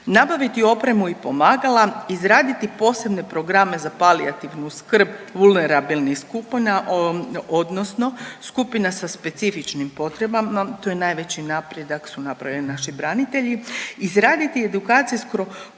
nabaviti opremu i pomagala, izraditi posebne programe za palijativnu skb vulnerabilnih skupina, odnosno skupina sa specifičnim potrebama. Tu je najveći napredak su nabrojeni naši branitelji, izraditi edukacijsko-promotivne